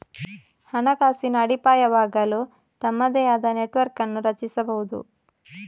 ಹಣಕಾಸಿನ ಅಡಿಪಾಯವಾಗಲು ತಮ್ಮದೇ ಆದ ನೆಟ್ವರ್ಕ್ ಅನ್ನು ರಚಿಸಬಹುದು